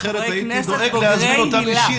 יש חברי כנסת בוגרי היל"ה.